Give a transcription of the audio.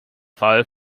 fall